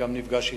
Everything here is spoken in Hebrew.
וגם נפגש אתי,